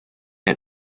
had